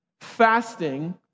fasting